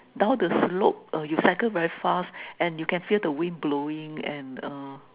down the slope uh you cycle very fast and you can feel the wind blowing and uh